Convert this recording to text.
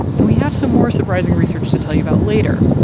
and we have some more surprising research to tell you about later.